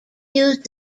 used